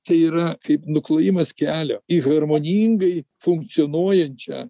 tai yra kaip nuklojimas kelio į harmoningai funkcionuojančią